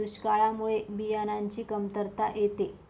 दुष्काळामुळे बियाणांची कमतरता येते